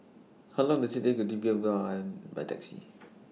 How Long Does IT Take to Viva By Taxi